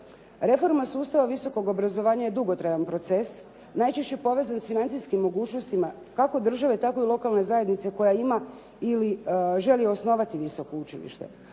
Reforma sustava visokog obrazovanja je dugotrajan proces, najčešće povezan s financijskim mogućnostima kako države tako i lokalne zajednice koja ima ili želi osnovati visoko učilište,